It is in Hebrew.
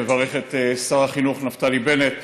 מברך את שר החינוך נפתלי בנט,